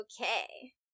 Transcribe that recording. Okay